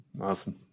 Awesome